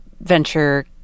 venture